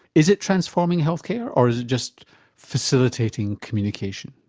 is it transforming health care or is it just facilitating communication?